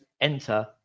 enter